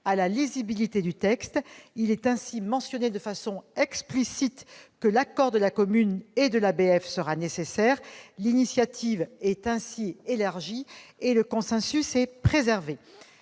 à la lisibilité du texte. Il est ainsi mentionné de façon explicite que l'accord de la commune et de l'ABF sera nécessaire. L'initiative est ainsi élargie et le consensus est préservé.